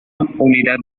unidad